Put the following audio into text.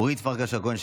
אורית פרקש הכהן,